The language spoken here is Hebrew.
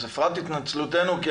אפרת, התנצלותנו.